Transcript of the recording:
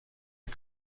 این